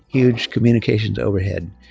huge communications overhead,